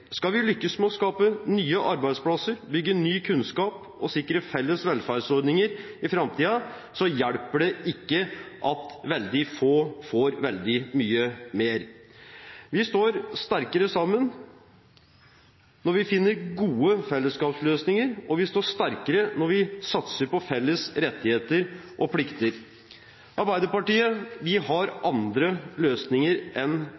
Skal vi lykkes med å skape nye arbeidsplasser, bygge ny kunnskap og sikre felles velferdsordninger i framtiden, hjelper det ikke at veldig få får veldig mye mer. Vi står sterkere sammen når vi finner gode fellesskapsløsninger, og vi står sterkere når vi satser på felles rettigheter og plikter. Vi i Arbeiderpartiet har andre løsninger enn